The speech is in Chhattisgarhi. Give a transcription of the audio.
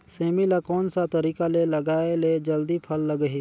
सेमी ला कोन सा तरीका से लगाय ले जल्दी फल लगही?